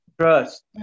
trust